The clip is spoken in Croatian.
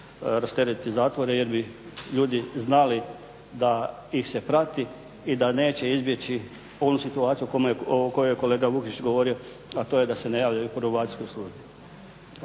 rasteretiti zatvore, jer bi ljudi znali da ih se prati i da neće izbjeći onu situaciju o kojoj je kolega Vukšić govorio, a to je da se ne javljaju Probacijskoj službi.